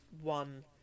one